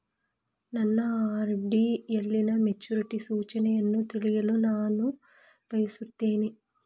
ನನ್ನ ಆರ್.ಡಿ ಯಲ್ಲಿನ ಮೆಚುರಿಟಿ ಸೂಚನೆಯನ್ನು ತಿಳಿಯಲು ನಾನು ಬಯಸುತ್ತೇನೆ